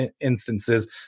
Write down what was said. instances